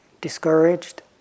discouraged